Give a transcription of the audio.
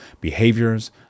behaviors